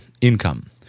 income